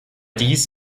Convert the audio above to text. dies